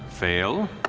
fail.